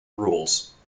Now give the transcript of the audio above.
rules